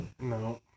No